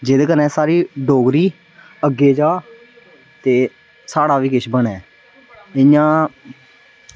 जेह्दे कन्नै साढ़ी डोगरी अग्गे जा ते साढ़ा बी किश बने इं'या